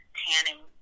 tanning